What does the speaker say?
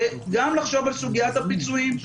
וגם לחשוב על סוגיית הפיצויים.